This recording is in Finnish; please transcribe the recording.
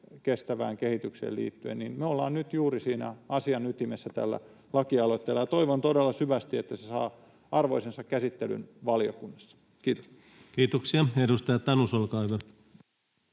kestävään kehitykseen liittyen, niin me ollaan nyt juuri siinä asian ytimessä tällä lakialoitteella, ja toivon todella syvästi, että se saa arvoisensa käsittelyn valiokunnassa. — Kiitos. Kiitoksia. — Edustaja Tanus, olkaa hyvä.